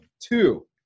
Two